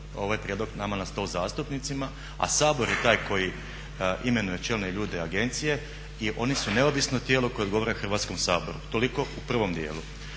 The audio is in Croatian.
ovaj prijedlog nama na stol zastupnicima. A Sabor je taj koji imenuje čelne ljude agencije i oni su neovisno tijelo koje odgovara Hrvatskom saboru. toliku u prvom dijelu.